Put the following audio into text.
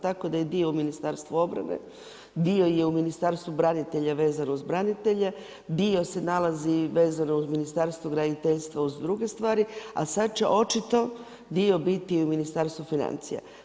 Tako da je dio u Ministarstvu obrane, dio je u Ministarstvu branitelja vezano za branitelje, dio se nalazi vezano uz Ministarstvo graditeljstva uz druge stvari a sada će očito biti u Ministarstvu financija.